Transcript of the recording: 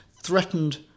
threatened